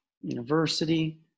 university